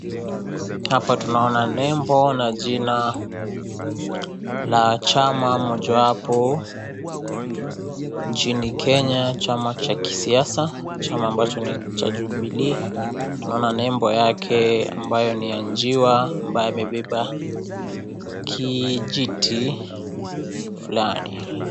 Hapa tunaona nembo na jina la chama mojawapo nchini Kenya chama cha kisiasa chama ambacho ni cha Jubilee tunaona nembo yake ambayo ni ya njiwa ambaye amebeba kijiti Fulani.